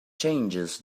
changes